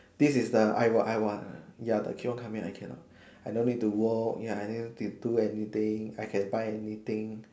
this is the I what I want uh ya but keep on coming I cannot I don't need to walk ya I don't need to do anything I can buy anything